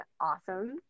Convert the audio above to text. awesome